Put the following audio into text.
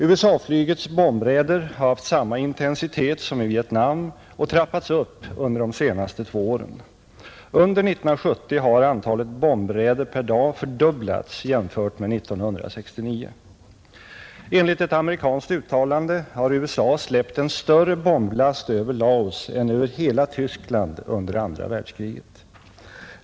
USA-flygets bombraider har haft samma intensitet som i Vietnam och har trappats upp under de senaste två åren. Under 1970 har antalet bombraider per dag fördubblats jämfört med 1969. Enligt ett amerikanskt uttalande har USA släppt en större bomblast över Laos än över hela Tyskland under andra världskriget.